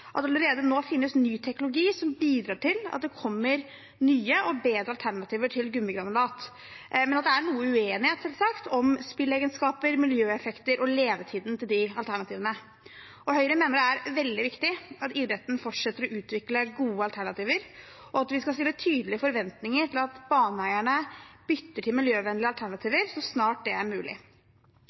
at det allerede nå finnes ny teknologi som bidrar til at det kommer nye og bedre alternativer til gummigranulat, men at det selvsagt er noe uenighet om spilleegenskaper, miljøeffekter og levetiden til de alternativene. Høyre mener det er veldig viktig at idretten forsetter å utvikle gode alternativer, og at vi skal ha tydelige forventninger til at baneeierne bytter til miljøvennlige alternativer så snart det er mulig.